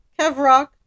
Kevrock